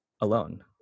alone